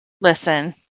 Listen